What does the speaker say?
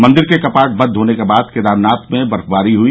मंदिर के कपाट बंद होने के बाद केदारनाथ में बर्फवारी हुई